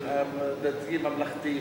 של דתי-ממלכתי,